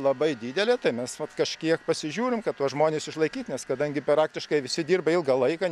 labai didelė tai mes vat kažkiek pasižiūrim kad tuos žmones išlaikyt nes kadangi peraktiškai visi dirba ilgą laiką